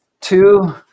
Two